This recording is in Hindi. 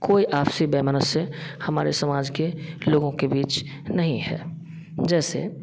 कोई आपसी पैमाने से हमारे समाज के लोगों के बीच नहीं है जैसे